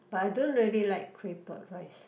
but I don't really like claypot rice